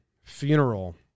funeral